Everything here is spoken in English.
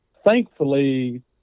thankfully